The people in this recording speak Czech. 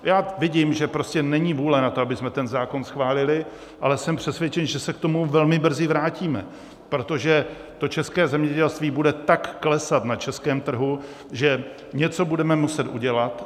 Já vidím, že prostě není vůle na to, abychom ten zákon schválili, ale jsem přesvědčen, že se k tomu velmi brzy vrátíme, protože české zemědělství bude tak klesat na českém trhu, že něco budeme muset udělat.